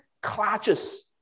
clutches